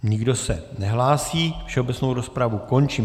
Nikdo se nehlásí, všeobecnou rozpravu končím.